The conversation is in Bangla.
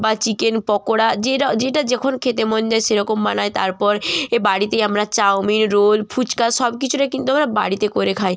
বা চিকেন পকোড়া যেটা যেটা যখন খেতে মন যায় সেরকম বানাই তারপর এ বাড়িতেই আমরা চাউমিন রোল ফুচকা সব কিছুটা কিন্তু আমরা বাড়িতে করে খাই